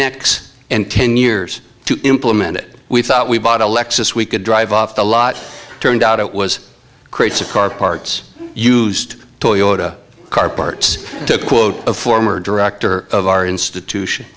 and ten years to implement it we thought we bought a lexus we could drive off the lot turned out it was creates a car parts used toyota car parts to quote a former director of our institution